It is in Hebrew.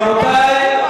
רגע,